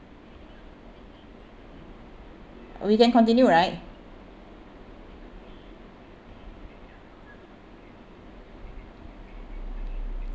we can continue right